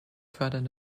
fördert